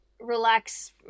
relax